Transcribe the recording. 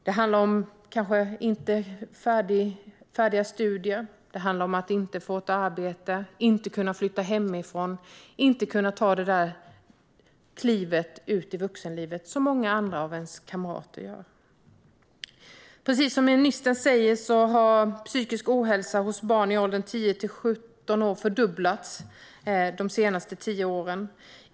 Det handlar kanske om att man inte slutför sina studier, att man inte får ett arbete, att man inte kan flytta hemifrån och inte kan ta det kliv ut i vuxenlivet som många av ens kamrater gör. Precis som ministern säger har den psykiska ohälsan hos barn i åldern 10-17 år fördubblats de senaste tio åren.